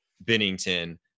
Bennington